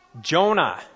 Jonah